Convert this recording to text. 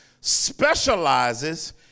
specializes